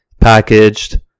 packaged